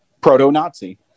Proto-Nazi